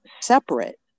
separate